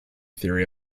theory